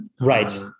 Right